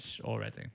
Already